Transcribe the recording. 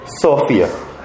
sophia